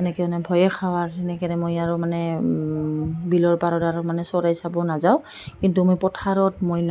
এনেকৈ মানে ভয়ে খাওঁ আৰু সেনেকৈ মই আৰু মানে বিলৰ পাৰত আৰু মানে চৰাই চাব নাযাওঁ কিন্তু মই পথাৰত মই